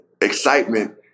excitement